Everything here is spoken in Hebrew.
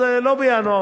אז זה לא בינואר,